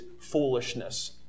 foolishness